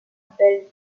bel